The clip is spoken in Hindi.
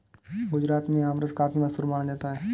गुजरात में आमरस काफी मशहूर माना जाता है